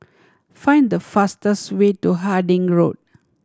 find the fastest way to Harding Road